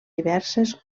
diverses